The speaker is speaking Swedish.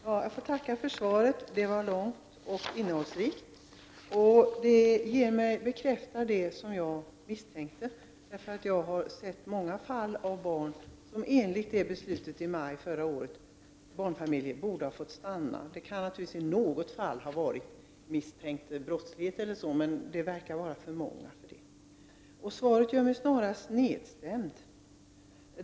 Herr talman! Jag tackar för svaret. Det var långt och innehållsrikt. Svaret bekräftar det som jag misstänkte. Jag har nämligen sett många exempel på barnfamiljer, som enligt beslutet från i maj förra året borde ha fått stanna i Sverige. Det kan naturligtvis i något fall ha varit fråga om misstanke om brottslighet, men antalet verkar vara för stort. Svaret gör mig snarast nedstämd.